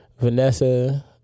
Vanessa